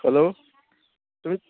hello तुमी